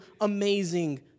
amazing